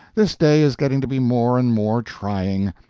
this day is getting to be more and more trying.